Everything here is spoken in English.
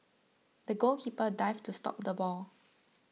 the goalkeeper dived to stop the ball